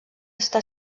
està